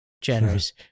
generous